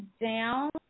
down